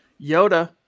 Yoda